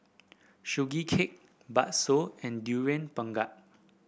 Sugee Cake bakso and Durian Pengat